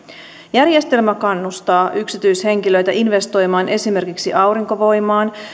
järjestelmä kannustaa yksityishenkilöitä investoimaan esimerkiksi aurinkovoimaan